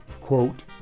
Quote